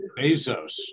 Bezos